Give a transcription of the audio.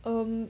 um